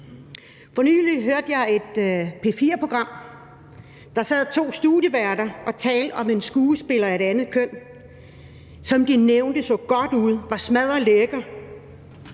For nylig hørte jeg et P4-program. Der sad to studieværter og talte om en skuespiller af et andet køn end deres, som de nævnte så godt ud og var smadder lækker,